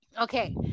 okay